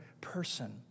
person